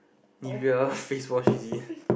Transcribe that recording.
Nivea face wash is it